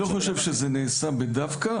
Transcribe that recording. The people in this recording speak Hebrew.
אני לא חושב שזה נעשה דווקא,